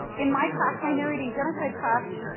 in my class, my narrating genocide class,